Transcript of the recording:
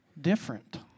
different